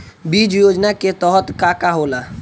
बीज योजना के तहत का का होला?